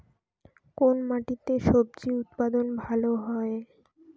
কোন মাটিতে স্বজি উৎপাদন ভালো হয়?